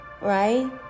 right